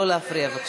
לא להפריע בבקשה.